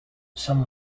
some